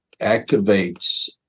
activates